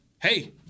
Hey